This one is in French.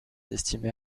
estimée